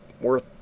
worth